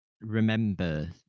remember